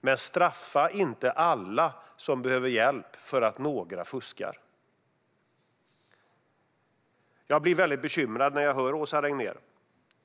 Men straffa inte alla som behöver hjälp för att några fuskar! Jag blir bekymrad när jag hör Åsa Regnér.